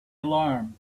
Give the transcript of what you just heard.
alarm